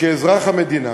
כאזרח המדינה,